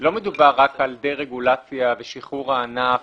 לא מדובר רק על דה-רגולציה בשחרור הענף